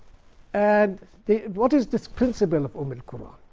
and what is this principle of um and ah